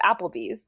Applebee's